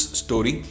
story